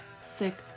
sick